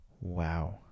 Wow